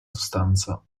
sostanza